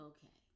Okay